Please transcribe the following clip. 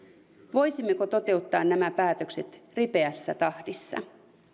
voisimmeko toteuttaa nämä päätökset ripeässä tahdissa